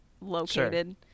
located